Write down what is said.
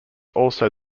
also